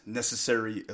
Necessary